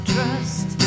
Trust